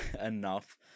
enough